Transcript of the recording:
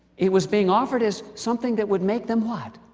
it was being offered as something that would make them, what.